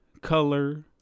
Color